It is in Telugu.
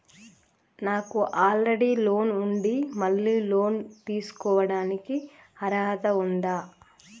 నాకు ఆల్రెడీ లోన్ ఉండి మళ్ళీ లోన్ తీసుకోవడానికి అర్హత ఉందా?